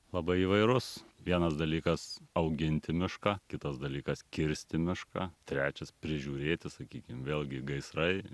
labai įvairus vienas dalykas auginti mišką kitas dalykas kirsti mišką trečias prižiūrėti sakykim vėlgi gaisrai